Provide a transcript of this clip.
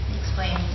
explain